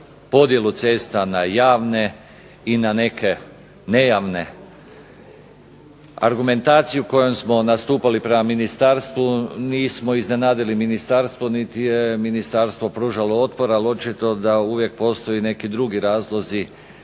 podjelu cesta na javne i na neke nejavne. Argumentaciju kojom smo nastupali prema ministarstvu nismo iznenadili ministarstvo niti je ministarstvo pružalo otpor ali očito da uvijek postoje neki drugi razlozi